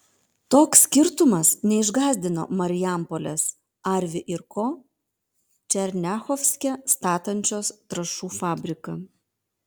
toks skirtumas neišgąsdino marijampolės arvi ir ko černiachovske statančios trąšų fabriką